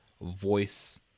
voice